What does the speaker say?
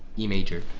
e major